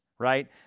right